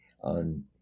on